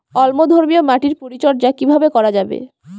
অম্লধর্মীয় মাটির পরিচর্যা কিভাবে করা যাবে?